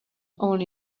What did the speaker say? only